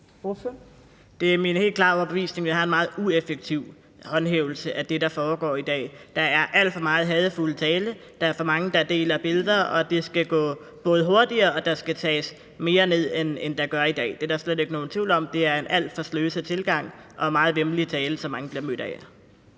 Det er min helt klare overbevisning, at vi har en meget ueffektiv håndhævelse i forbindelse med det, der foregår i dag. Der er alt for meget hadefuld tale, der er for mange, der deler billeder, og det skal både gå hurtigere, og der skal tages mere ned, end der gør i dag – det er der slet ikke nogen tvivl om. Det er en alt for sløset tilgang, og det er meget væmmelig tale, som mange bliver mødt af.